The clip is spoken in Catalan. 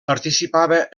participava